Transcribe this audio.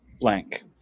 blank